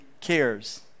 cares